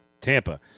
Tampa